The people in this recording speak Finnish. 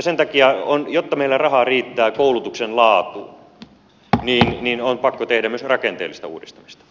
sen takia jotta meillä rahaa riittää koulutuksen laatuun on pakko tehdä myös rakenteellista uudistamista